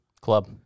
Club